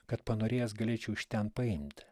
kad panorėjęs galėčiau iš ten paimti